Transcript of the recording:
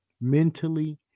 mentally